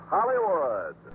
Hollywood